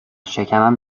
شکمم